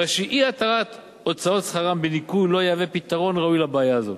הרי שאי-התרת הוצאות שכרם בניכוי לא תהיה פתרון ראוי לבעיה זו.